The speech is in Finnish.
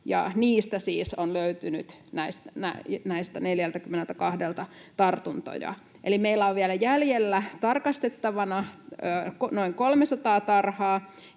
niistä siis on löytynyt näiltä 42:lta tartuntoja. Eli meillä on vielä jäljellä tarkastettavana noin 300 tarhaa,